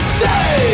say